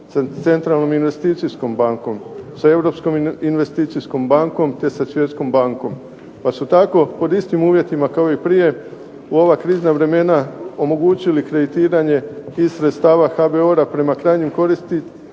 sa Centralnom investicijskom bankom, sa Europskom investicijskom bankom, te sa svjetskom bankom, te su tako pod istim uvjetima kao i prije u ova krizna vremena omogućili kreditiranje iz sredstava HBOR-a prema krajnjim korisnicima